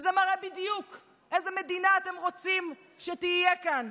וזה מראה בדיוק איזו מדינה אתם רוצים שתהיה כאן,